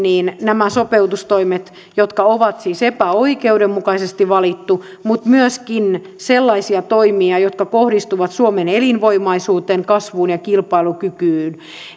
nämä sopeutustoimet jotka ovat siis epäoikeudenmukaisesti valittuja mutta myöskin sellaisia toimia jotka kohdistuvat suomen elinvoimaisuuteen kasvuun ja kilpailukykyyn